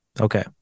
Okay